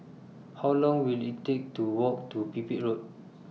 How Long Will IT Take to Walk to Pipit Road